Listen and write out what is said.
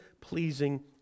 pleasing